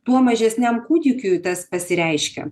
tuo mažesniam kūdikiui tas pasireiškia